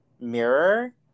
mirror